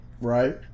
right